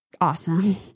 awesome